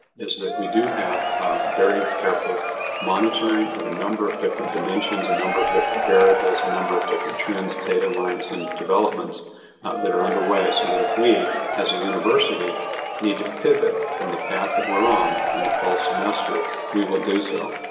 is that we do have very careful monitoring of a number of different dimensions, a number of different variables, a number of different trends, data lines and developments that are underway. so that if we, as a university need to pivot from the path that we're on in the fall semester, we will do so.